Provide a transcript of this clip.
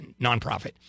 nonprofit